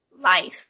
life